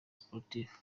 sportifs